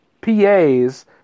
PAs